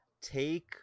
take